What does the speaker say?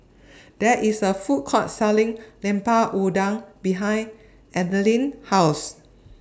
There IS A Food Court Selling Lemper Udang behind Ethyle's House